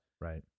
Right